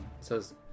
says